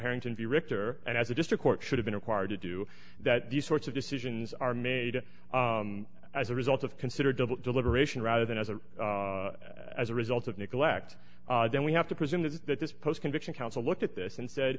harrington director and as a district court should have been required to do that these sorts of decisions are made as a result of considered double deliberation rather than as a as a result of neglect then we have to presume that this post conviction counsel looked at this and said